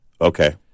Okay